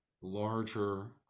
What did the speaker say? larger